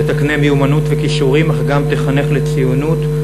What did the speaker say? שתקנה מיומנות וכישורים אך גם תחנך לציונות,